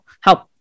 help